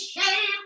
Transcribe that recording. shame